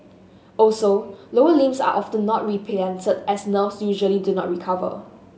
also lower limbs are often not replanted as nerves usually do not recover